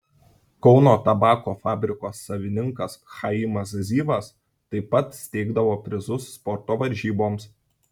kauno tabako fabriko savininkas chaimas zivas taip pat steigdavo prizus sporto varžyboms